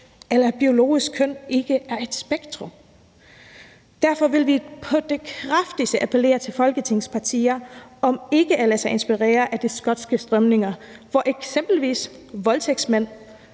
eller at biologisk køn ikke er et spektrum. Derfor vil vi på det kraftigste appellere til Folketingets partier om ikke at lade sig inspirere af de skotske strømninger, hvor eksempelvis en voldtægtsmand,